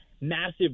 massive